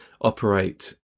operate